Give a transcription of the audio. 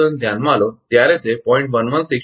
1162 hertz બરાબર છે